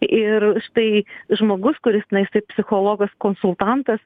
ir štai žmogus kuris na jisai psichologas konsultantas